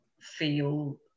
feel